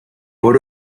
por